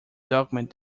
document